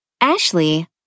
Ashley